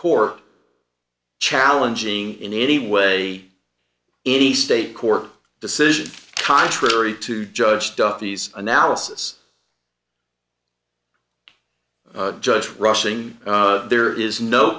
court challenging in any way any state court decision contrary to judge duffy's analysis just rushing there is no